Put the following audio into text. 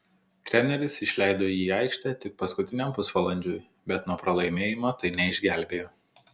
treneris išleido jį į aikštę tik paskutiniam pusvalandžiui bet nuo pralaimėjimo tai neišgelbėjo